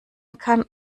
kann